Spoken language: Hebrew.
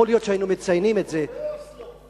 יכול להיות שהיינו מציינים את זה, כמו באוסלו.